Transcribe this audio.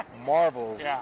Marvel's